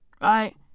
Right